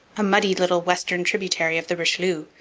a muddy little western tributary of the richelieu,